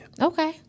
Okay